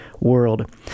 World